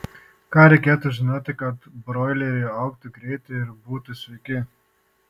ką reikėtų žinoti kad broileriai augtų greitai ir būtų sveiki